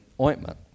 ointment